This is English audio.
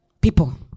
People